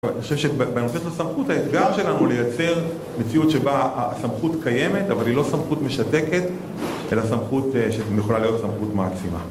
אני חושב שבנושא של סמכות האתגר שלנו הוא לייצר מציאות שבה הסמכות קיימת, אבל היא לא סמכות משתקת אלא סמכות שיכולה להיות סמכות מעצימה